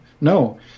No